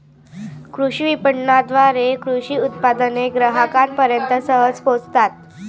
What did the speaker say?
कृषी विपणनाद्वारे कृषी उत्पादने ग्राहकांपर्यंत सहज पोहोचतात